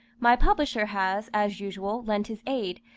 my publisher has, as usual, lent his aid,